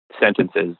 sentences